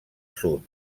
sud